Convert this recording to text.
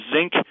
zinc